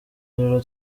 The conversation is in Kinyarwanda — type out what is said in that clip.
rero